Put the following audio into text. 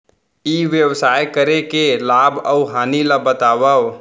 ई व्यवसाय करे के लाभ अऊ हानि ला बतावव?